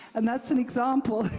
and that's an example.